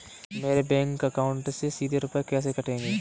मेरे bank account से सीधे रुपए कैसे कटेंगे?